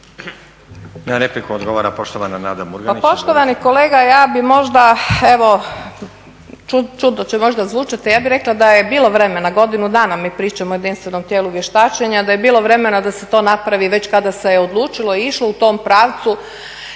Na repliku odgovara poštovana Nada Murganić.